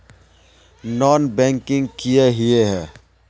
Non banking किए हिये है?